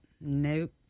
Nope